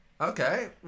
Okay